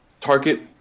target